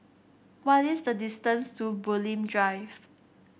what is the distance to Bulim Drive